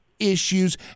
Issues